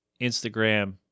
instagram